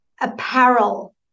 apparel